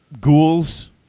Ghouls